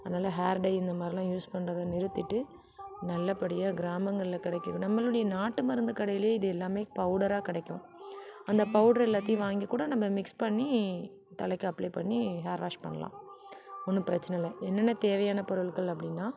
அதனால் hair dye இந்தமாதிரிலாம் use பண்றதை நிறுத்திட்டு நல்லபடியாக கிராமங்களில் கிடைக்குறது நம்மளுடைய நாட்டு மருந்து கடையிலையே இது எல்லாமே பவுடராக கிடைக்கும் அந்த பவுடரை எல்லாத்தையும் வாங்கிக்கூட மிக்ஸ் பண்ணி தலைக்கு அப்ளை பண்ணி ஹேர் வாஷ் பண்ணலாம் ஒன்றும் பிரச்சினை இல்லை என்னென்ன தேவையான பொருள்கள் அப்படின்னா